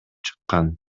чыккан